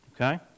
Okay